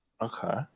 Okay